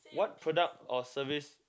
what product or service